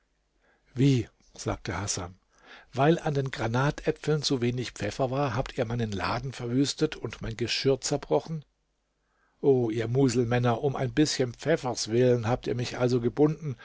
wie sagte hasan weil an den granatäpfeln zu wenig pfeffer war habt ihr meinen laden verwüstet und mein geschirr zerbrochen o ihr muselmänner um ein bißchen pfeffers willen habt ihr mich also gebunden